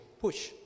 push